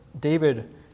David